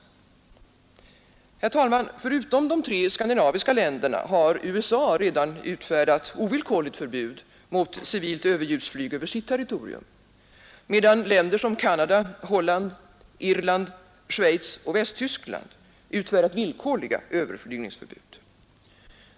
Herr talman! Förutom de tre skandinaviska länderna har USA redan utfärdat ett ovillkorligt förbud mot civilt överljudsflyg över sitt territorium, medan länder som Canada, Holland, Irland, Schweiz och Västtyskland utfärdat villkorliga överflygningsförbud.